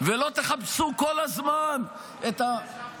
ולא תחפשו כל הזמן את --- שר המשפטים,